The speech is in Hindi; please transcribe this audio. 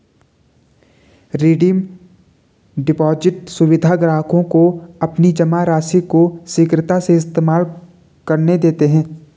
रिडीम डिपॉज़िट सुविधा ग्राहकों को अपनी जमा राशि को शीघ्रता से इस्तेमाल करने देते है